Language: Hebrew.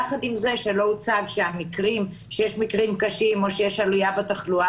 יחד עם זה שלא הוצג שיש מקרים קשים או שיש עלייה בתחלואה